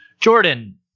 Jordan